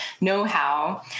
know-how